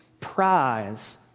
prize